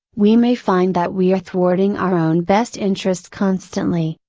we may find that we are thwarting our own best interests constantly,